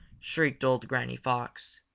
shrieked old granny fox.